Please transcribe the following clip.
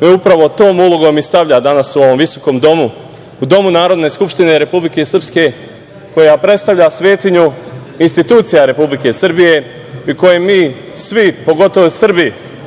me upravo tom ulogom i stavlja danas u ovom visokom domu, u domu Narodne skupštine Republike Srpske koja predstavlja svetinju institucija Republike Srbije i kojoj mi svi, pogotovo Srbi,